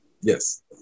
Yes